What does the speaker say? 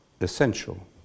essential